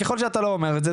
ככל שאתה לא אומר את זה,